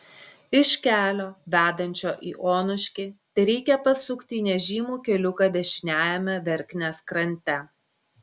iš kelio vedančio į onuškį tereikia pasukti į nežymų keliuką dešiniajame verknės krante